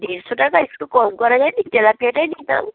দেড়শো টাকা একটু কম করা যায় নি তেলাপিয়াটাই নিতাম